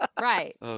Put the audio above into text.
Right